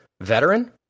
veteran